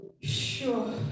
sure